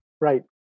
Right